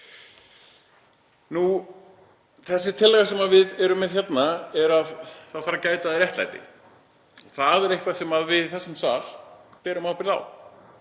Þessi tillaga sem við erum með hérna er um að það þarf að gæta að réttlæti. Það er eitthvað sem við í þessum sal berum ábyrgð á.